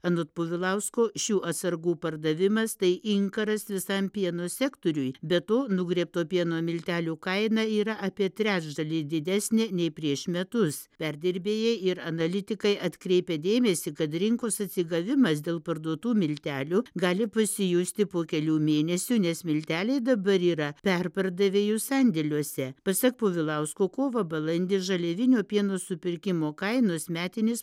anot povilausko šių atsargų pardavimas tai inkaras visam pieno sektoriui be to nugriebto pieno miltelių kaina yra apie trečdalį didesnė nei prieš metus perdirbėjai ir analitikai atkreipia dėmesį kad rinkos atsigavimas dėl parduotų miltelių gali pasijusti po kelių mėnesių nes milteliai dabar yra perpardavėjų sandėliuose pasak povilausko kovą balandį žaliavinio pieno supirkimo kainos metinis